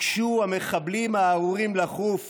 ביקשו המחבלים הארורים לכוף